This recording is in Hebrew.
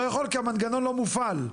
לא יכול, כי המנגנון לא מופעל,